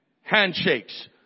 Handshakes